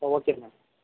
okay ma'am